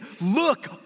look